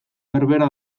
berbera